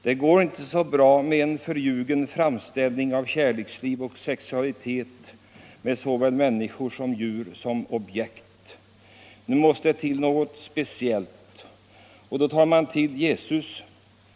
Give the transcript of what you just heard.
Det går inte så bra med en förljugen framställning av kärleksliv och sexualitet med såväl människor som djur som objekt. Nu måste det till något speciellt, och då tar man till Jesus.